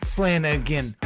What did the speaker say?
Flanagan